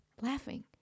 laughing